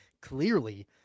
Clearly